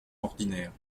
ordinaire